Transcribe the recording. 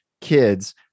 kids